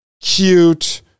cute